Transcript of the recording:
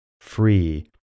free